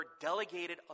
delegated